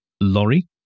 lorry